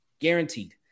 guaranteed